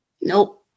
Nope